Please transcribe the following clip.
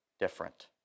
different